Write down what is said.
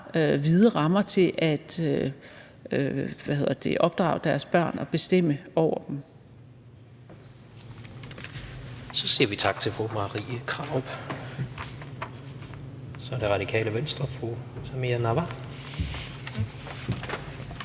vide rammer til at opdrage deres børn og bestemme over dem.